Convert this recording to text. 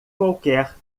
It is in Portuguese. qualquer